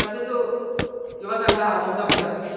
तस्य तु युवसङ्घः बहु सम्यगस्ति